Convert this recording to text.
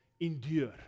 endure